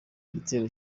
igitero